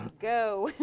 go.